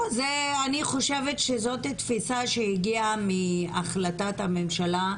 אני חושבת שזאת תפיסה שהגיעה מהחלטת הממשלה.